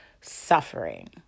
suffering